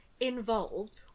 Involved